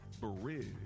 bridge